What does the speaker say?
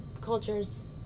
cultures